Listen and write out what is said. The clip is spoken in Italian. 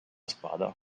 spada